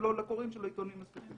שלו לקוראים של העיתונים הספציפיים.